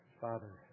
Father